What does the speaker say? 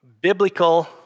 biblical